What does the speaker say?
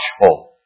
watchful